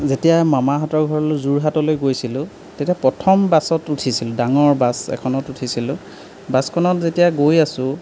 যেতিয়া মামাহঁতৰ ঘৰলৈ যোৰহাটলৈ গৈছিলোঁ তেতিয়া প্ৰথম বাছত উঠিছিলোঁ ডাঙৰ বাছ এখনত উঠিছিলোঁ বাছখনত যেতিয়া গৈ আছোঁ